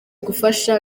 gufasha